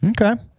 Okay